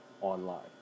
online